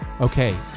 Okay